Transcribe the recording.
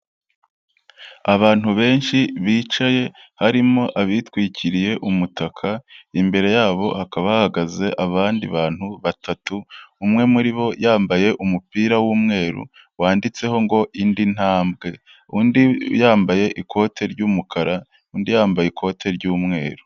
Abantu benshi bicaye harimo abitwikiriye umutaka, imbere yabo hakaba hahagaze abandi bantu batatu, umwe muri bo yambaye umupira w'umweru wanditseho ngo indi ntambwe, undi yambaye ikote ry'umukara, undi yambaye ikote ry'umweru.